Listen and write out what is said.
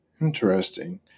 Interesting